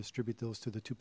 distribute those to the two